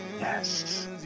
Yes